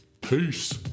peace